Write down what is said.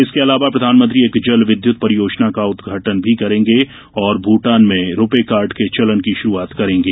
इसके अलावा प्रधानमंत्री एक जल विद्युत परियोजना का उद्घाटन करेंगे और भूटान में रूपे कार्ड के चलन की शुरुआत करेंगे